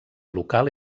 local